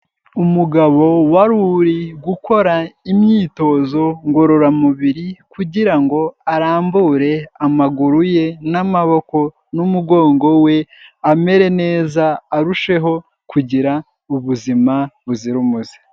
Umugabo wari uri gukora imyitozo ngororamubiri, kugira ngo arambure amaguru ye n'amaboko n'umugongo we, amere neza, arusheho kugira ubuzima buzira umuze.